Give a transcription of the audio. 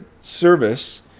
service